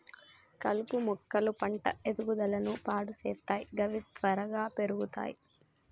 కలుపు మొక్కలు పంట ఎదుగుదలను పాడు సేత్తయ్ గవి త్వరగా పెర్గుతయ్